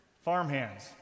Farmhands